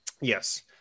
Yes